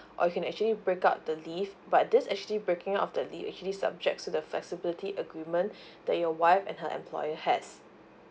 or it can actually break up the leave but this actually breaking up the leave actually subject to the flexibility agreement that your wife and her employer has